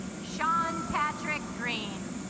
sean patrick green